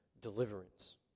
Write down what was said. deliverance